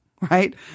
right